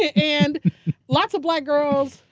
and lots of black girls,